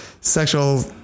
sexual